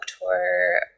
tour